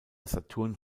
saturn